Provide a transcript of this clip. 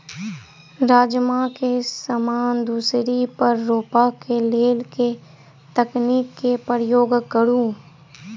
राजमा केँ समान दूरी पर रोपा केँ लेल केँ तकनीक केँ प्रयोग करू?